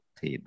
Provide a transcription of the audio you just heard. Thì